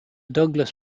douglas